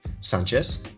Sanchez